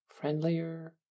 friendlier